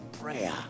prayer